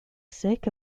sick